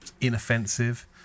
inoffensive